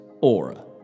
Aura